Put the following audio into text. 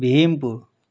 Bihimpur